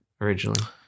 originally